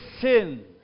sin